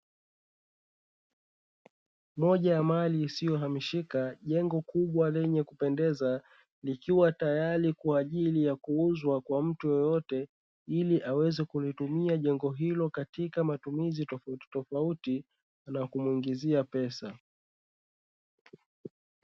Moja ya mali isiyo hamishika jengo kubwa lenye kupendeza likiwa tayari kwa ajili ya kuuzwa kwa mtu yeyote, ili aweze kulitumia jengo hilo katika matumizi tofautitofauti na kumwingizia pesa.